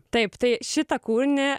taip tai šitą kūrinį